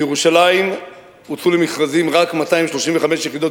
בירושלים הוצאו למכרזים רק 235 יחידות